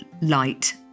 light